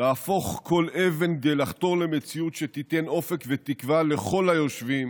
להפוך כל אבן כדי לחתור למציאות שתיתן אופק ותקווה לכל היושבים